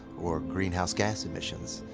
or greenhouse gas emissions,